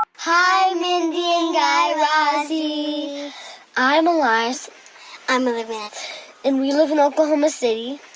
ah hi, mindy and guy razzie i'm elias i'm olivia and we live in oklahoma city.